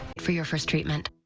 for your first treatment.